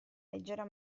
leggera